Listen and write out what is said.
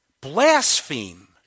blaspheme